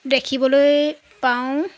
দেখিবলৈ পাওঁ